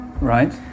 Right